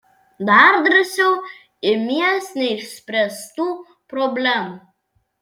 dar drąsiau imies neišspręstų problemų